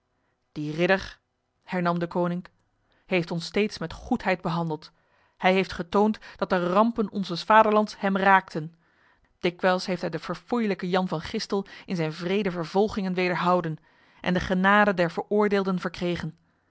die ridder hernam deconinck heeft ons steeds met goedheid behandeld hij heeft getoond dat de rampen onzes vaderlands hem raakten dikwijls heeft hij de verfoeilijke jan van gistel in zijn wrede vervolgingen wederhouden en de genade der veroordeelden verkregen